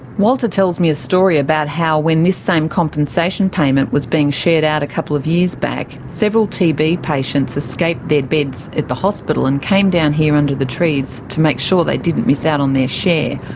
walter tells me a story about how when this same compensation payment was being shared out a couple of years back, several tb patients escaped their beds at the hospital and came down here under the trees to make sure they didn't miss out on their share.